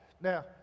now